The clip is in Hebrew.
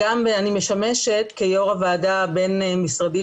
אני גם משמשת כיושבת ראש הוועדה הבין משרדית